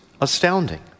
astounding